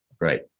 Right